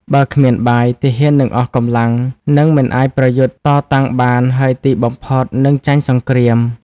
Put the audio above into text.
បើគ្មានបាយ ទាហាននឹងអស់កម្លាំង និងមិនអាចប្រយុទ្ធតតាំងបាន ហើយទីបំផុតនឹងចាញ់សង្គ្រាម។